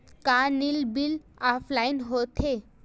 का नल bill offline हि होथे?